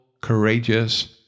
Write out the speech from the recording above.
courageous